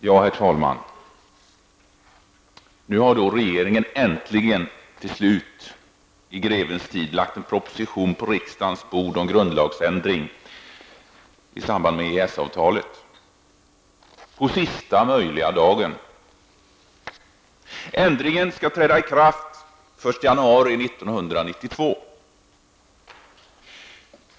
Herr talman! Nu har regeringen äntligen, till slut, i grevens tid lagt fram en proposition på riksdagens bord om grundlagsändring i samband med EES avtalet. Det skedde på sista möjliga dagen.